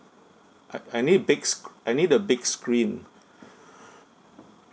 I I need big sc~ I need a big screen